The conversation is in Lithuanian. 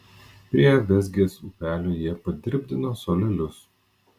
prie vėzgės upelio jie padirbdino suolelius